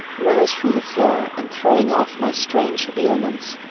rose from the floor and throwing off my strange habiliments,